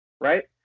right